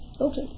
Okay